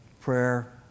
prayer